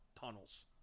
tunnels